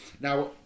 Now